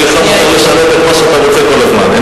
רק לך מותר לשנות את מה שאתה רוצה כל הזמן.